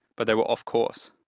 but they were off course.